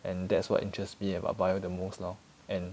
and that's what interests me about bio the most lor and